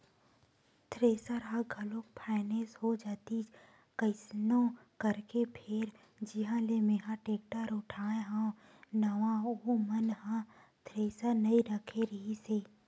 thresher ह घलोक finance हो जातिस कइसनो करके फेर जिहाँ ले मेंहा टेक्टर उठाय हव नवा ओ मन ह थेरेसर नइ रखे रिहिस हे